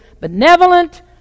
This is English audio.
benevolent